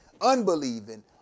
unbelieving